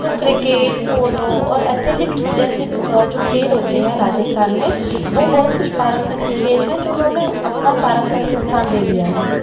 तो cricket polo और athletes जैसे जो खेल होते हैं राजस्थान में वह बहुत कुछ पारंपरिक खेल है जो उन्होंने अपना पारंपरिक स्थान ले लिया है